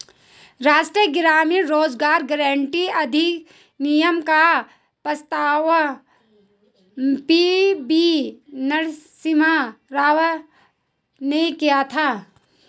राष्ट्रीय ग्रामीण रोजगार गारंटी अधिनियम का प्रस्ताव पी.वी नरसिम्हा राव ने दिया था